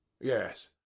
yes